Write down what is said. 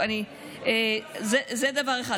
זה דבר אחד.